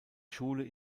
schule